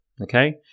Okay